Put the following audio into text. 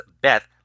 Beth